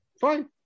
fine